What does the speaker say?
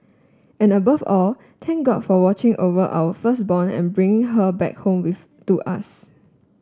and above all thank God for watching over our firstborn and bringing her back home with to us